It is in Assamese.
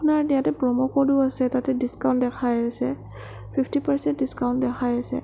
আপোনাৰ ইয়াতে প্ৰ'ম' ক'ডো আছে তাতে ডিস্কাউণ্ট দেখাই আছে ফিফটি পাৰচেণ্ট ডিস্কাউণ্ট দেখাই আছে